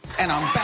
and i'm back.